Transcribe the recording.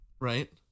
Right